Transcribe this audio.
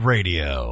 Radio